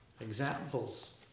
examples